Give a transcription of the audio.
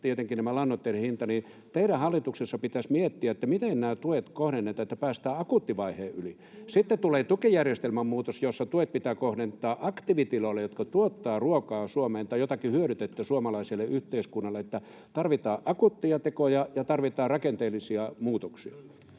tietenkin tämä lannoitteiden hinta. Teidän hallituksessa pitäisi miettiä, miten nämä tuet kohdennetaan, että päästään akuuttivaiheen yli. Sitten tulee tukijärjestelmän muutos, jossa tuet pitää kohdentaa aktiivitiloille, jotka tuottavat ruokaa Suomeen tai jotakin hyödykettä suomalaiselle yhteiskunnalle. Eli tarvitaan akuutteja tekoja ja tarvitaan rakenteellisia muutoksia.